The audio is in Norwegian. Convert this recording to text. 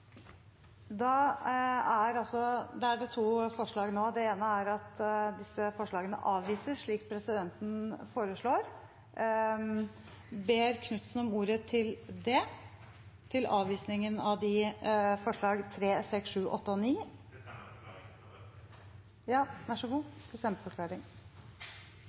Da er det to forslag nå. Det ene er at disse forslagene avvises, slik presidenten foreslår. Representanten Eigil Knutsen har bedt om ordet til